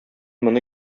моны